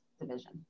Division